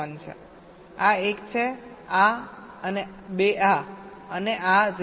1 છે આ એક છે આ અને 2 આ અને આ 0